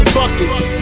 buckets